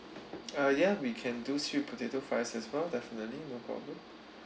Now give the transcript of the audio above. uh ya we can do sweet potato fries as well definitely no problem